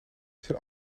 zijn